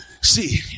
See